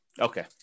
Okay